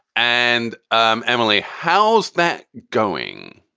and um emily, how's that going?